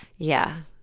yeah,